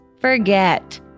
forget